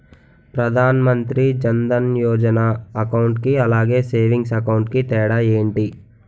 Pradhan Mantri Jan Dhan Yojana account కి అలాగే savings account కి తేడా ఏంటి?